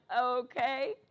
Okay